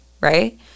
right